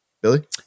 Billy